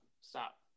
Stop